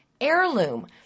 Heirloom